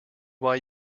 why